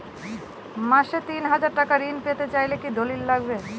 মাসে তিন হাজার টাকা ঋণ পেতে চাইলে কি দলিল লাগবে?